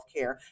healthcare